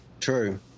True